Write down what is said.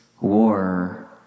war